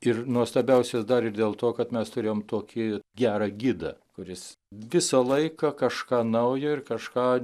ir nuostabiausias dar ir dėl to kad mes turėjom tokį gerą gidą kuris visą laiką kažką naujo ir kažką